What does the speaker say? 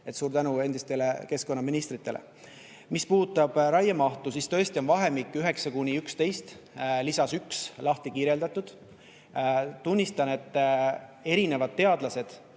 Suur tänu endistele keskkonnaministritele! Mis puudutab raiemahtu, siis tõesti on vahemik 9–11 lisas 1 lahti kirjeldatud. Tunnistan, et mõned teadlased